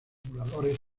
emuladores